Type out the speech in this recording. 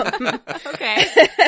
Okay